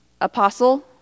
Apostle